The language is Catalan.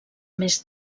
més